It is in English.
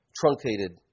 truncated